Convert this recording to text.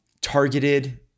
targeted